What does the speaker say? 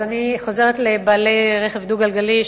אז אני חוזרת לבעלי רכב דו-גלגלי,